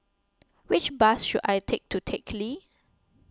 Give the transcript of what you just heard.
which bus should I take to Teck Lee